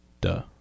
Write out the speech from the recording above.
Duh